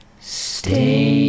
stay